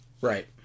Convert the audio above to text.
Right